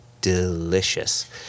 delicious